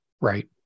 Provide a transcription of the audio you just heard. Right